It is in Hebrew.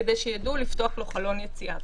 כדי שידעו לפתוח לו חלון יציאה.